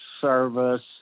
service